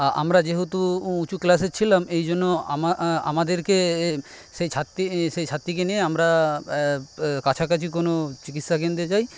আ আমরা যেহেতু উচুঁ ক্লাসের ছিলাম এই জন্য আমা আমাদেরকে সেই ছাত্রী সেই ছাত্রীকে নিয়ে আমরা কাছাকাছি কোনো চিকিৎসাকেন্দ্রে যাই